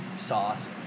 sauce